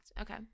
okay